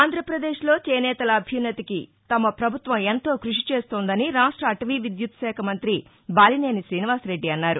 ఆంధ్రాపదేశ్ లో చేనేతల అభున్నతికి తమ ప్రభుత్వం ఎంతో కృషి చేస్తోందని రాగ్రాష్ట అటవీవిద్యుత్ శాఖ మంత్రి బాలినేని ఠీనివాసరెడ్డి అన్నారు